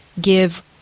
give